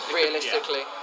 realistically